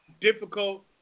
difficult